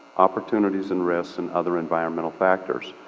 opportunities and risks, and other environmental factors.